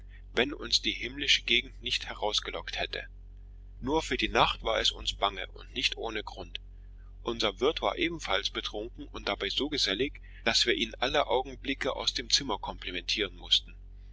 wenn uns die himmlische gegend nicht herausgelockt hätte nur für die nacht war uns bange und nicht ohne grund unser wirt war ebenfalls betrunken und dabei so gesellig daß wir ihn alle augenblicke aus dem zimmer komplimentieren mußten